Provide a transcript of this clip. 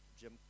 Jim